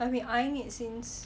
I've been eyeing it since